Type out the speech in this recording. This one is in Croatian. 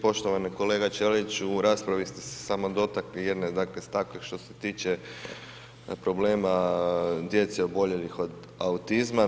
Poštovani kolega Ćeliću, u raspravi ste se samo dotakli jedne, dakle, stavke što se tiče problema djece oboljelih od autizma.